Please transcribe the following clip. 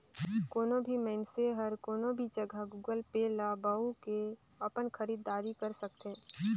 कोनो भी मइनसे हर कोनो भी जघा गुगल पे ल बउ के अपन खरीद दारी कर सकथे